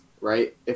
right